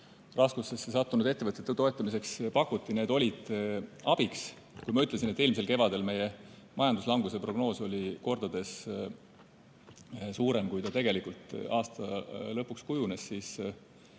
raskustesse sattunud ettevõtete toetamiseks on pakutud, olid abiks. Ma ütlesin, et eelmisel kevadel meie majanduslanguse prognoos oli mitu korda suurem, kui ta tegelikult aasta lõpuks kujunes.